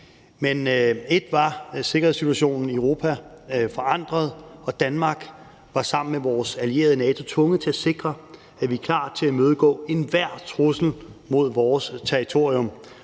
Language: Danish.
Med ét var sikkerhedssituationen i Europa forandret, og Danmark var sammen med vores allierede i NATO tvunget til at sikre, at vi er klar til at imødegå enhver trussel mod vores territorium.